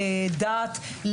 לדת,